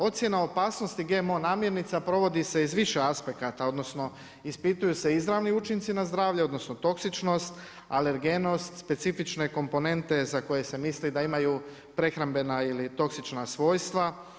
Ocjena opasnosti GMO namjernica provodi se iz više aspekata, odnosno ispituju se izravni učinci na zdravlje, odnosno toksičnost, alergenskog, specifične komponente za koje se misli da imaju prehrambena ili toksična svojstva.